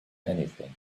anything